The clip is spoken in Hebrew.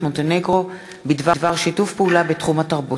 מונטנגרו בדבר שיתוף פעולה בתחום התרבות.